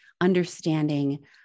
understanding